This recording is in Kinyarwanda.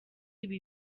ibi